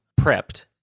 prepped